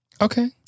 Okay